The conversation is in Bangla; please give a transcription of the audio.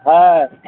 হ্যাঁ